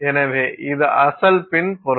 எனவே இது அசல் பின் பொருள்